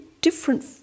different